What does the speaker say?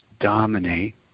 dominate